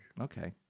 Okay